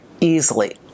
easily